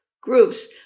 groups